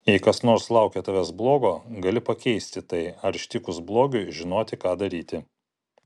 jei kas nors laukia tavęs blogo gali pakeisti tai ar ištikus blogiui žinoti ką daryti